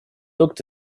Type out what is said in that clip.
looked